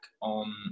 on